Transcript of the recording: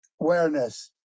awareness